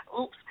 Oops